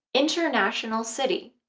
international city.